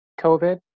COVID